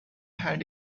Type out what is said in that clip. had